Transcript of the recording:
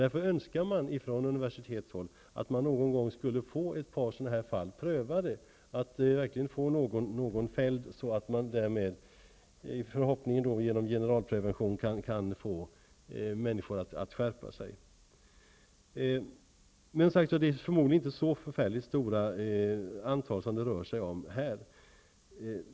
Därför finns det önskemål från universitetshåll att ett par sådana fall någon gång skall prövas. Om någon fälls går det sedan förhoppningsvis att med hjälp av generalprevention få människor att skärpa sig. Men som har sagts tidigare är det förmodligen inte så stora antal som det rör sig om.